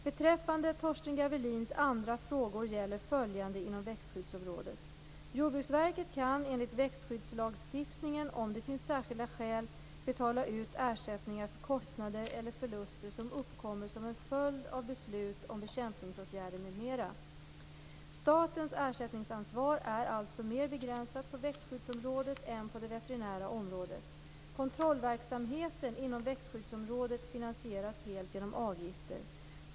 Beträffande Torsten Gavelins andra frågor gäller följande inom växtskyddsområdet. Jordbruksverket kan enligt växtskyddslagstiftningen, om det finns särskilda skäl, betala ut ersättningar för kostnader eller förluster som uppkommer som en följd av beslut om bekämpningsåtgärder m.m. Statens ersättningsansvar är alltså mer begränsat på växtskyddsområdet än på det veterinära området. Kontrollverksamheten inom växtskyddsområdet finansieras helt genom avgifter.